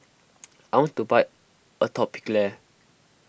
I want to buy Atopiclair